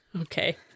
Okay